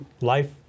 life